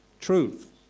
truth